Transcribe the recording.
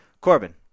Corbin